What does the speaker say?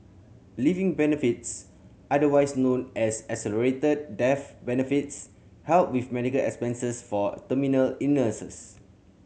living benefits otherwise known as accelerated death benefits help with medical expenses for terminal illnesses